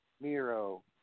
Miro